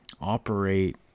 operate